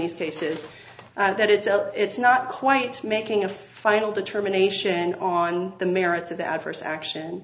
these cases that it's it's not quite making a final determination on the merits of the adverse action